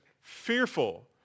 fearful